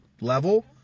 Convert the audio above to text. level